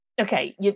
okay